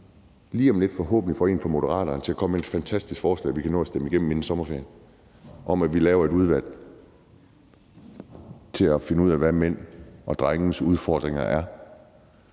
lige om lidt forhåbentlig får en fra Moderaterne til at komme med et fantastisk forslag, vi kan nå at stemme igennem inden sommerferien, om, at vi laver et udvalg til at finde ud af, hvad mænd og drenges udfordringer er,